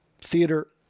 theater